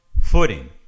footing